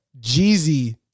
Jeezy